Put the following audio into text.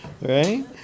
right